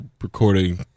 recording